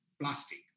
plastic